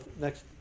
next